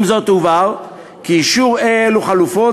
עם זאת הובהר כי אישור אי-אלו חלופות